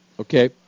Okay